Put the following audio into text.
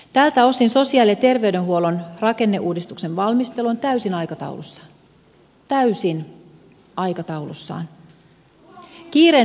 tältä osin sosiaali ja terveydenhuollon rakenneuudistuksen valmistelu on täysin aikataulussaan täysin aikataulussaan